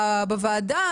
בוועדה,